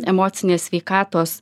emocinės sveikatos